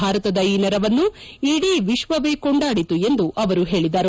ಭಾರತದ ಈ ನೆರವನ್ನು ಇಡೀ ವಿಶ್ವವೇ ಕೊಂಡಾಡಿತು ಎಂದು ಅವರು ಹೇಳಿದರು